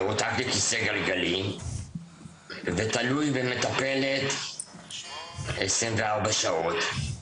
מרותק לכיסא גלגלים ותלוי במטפלת 24 שעות ביממה.